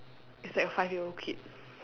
it's like a five year old kid